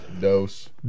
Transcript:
Dose